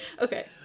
Okay